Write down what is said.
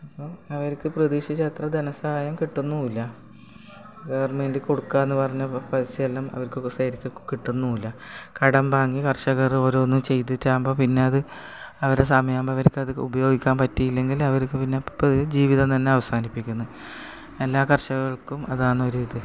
അപ്പം അവർക്ക് പ്രതീക്ഷിച്ചത്ര ധനസഹായം കിട്ടുന്നുമില്ല ഗവർണ്മെന്റ് കൊടുക്കാമെന്ന് പറഞ്ഞ പൈസയെല്ലാം അവർക്കിപ്പോൾ ശരിക്ക് ഇപ്പോൾ കിട്ടുന്നുമില്ല കടം വാങ്ങി കർഷകർ ഓരോന്ന് ചെയ്തിട്ടാവുമ്പോൾ പിന്നെ അത് അവരെ സമയമാവുമ്പോൾ അവർക്കത് ഉപയോഗിക്കാൻ പറ്റിയില്ലെങ്കിൽ അവർക്ക് പിന്നെ ഇപ്പം ജീവിതം തന്നെ അവസാനിപ്പിക്കുന്നു എല്ലാ കർഷകൾക്കും അതാണ് ഒരിത്